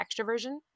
extroversion